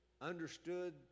understood